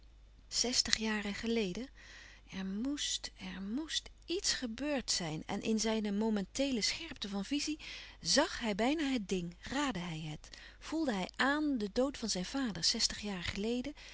zestig jaren geleden er moest er moest iets gebeurd zijn en in zijne momenteele scherpte van vizie zàg hij bijna het ding raadde hij het voelde hij àan den dood van zijn vader zestig jaar geleden